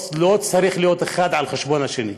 זה לא צריך להיות אחד על חשבון השני.